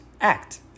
act